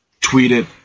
tweeted